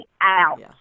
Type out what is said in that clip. out